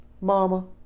Mama